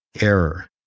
error